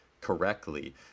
correctly